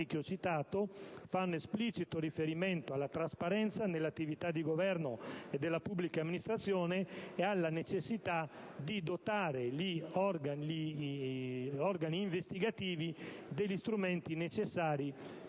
che ho citato fanno esplicito riferimento alla trasparenza nell'attività di governo e della pubblica amministrazione e alla necessità di dotare gli organi investigativi degli strumenti necessari